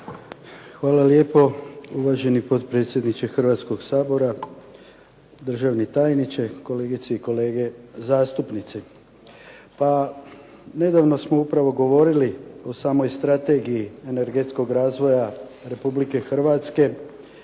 Hvala lijepo. Uvaženi potpredsjedniče Hrvatskog sabora, državni tajniče, kolegice i kolege zastupnici. Pa, nedavno smo upravo govorili o samoj strategiji energetskog razvoja Republike Hrvatske.